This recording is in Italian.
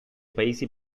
paesi